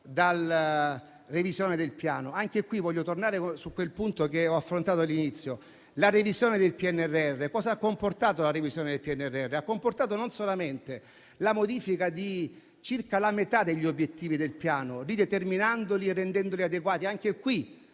dalla revisione del Piano. Anche qui voglio tornare su quel punto che ho affrontato all'inizio; la revisione del PNRR ha comportato non solamente la modifica di circa la metà degli obiettivi del Piano, rideterminandoli e rendendoli adeguati, anche qui